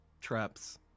traps